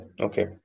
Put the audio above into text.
Okay